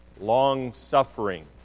long-suffering